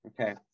okay